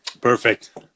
Perfect